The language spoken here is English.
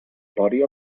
body